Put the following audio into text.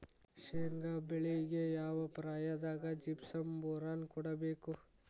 ಶೇಂಗಾ ಬೆಳೆಗೆ ಯಾವ ಪ್ರಾಯದಾಗ ಜಿಪ್ಸಂ ಬೋರಾನ್ ಕೊಡಬೇಕು?